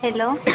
hello